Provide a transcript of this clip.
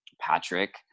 Patrick